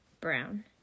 brown